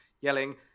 yelling